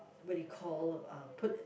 what they call about uh put